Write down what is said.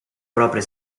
propria